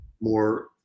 more